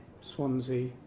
Swansea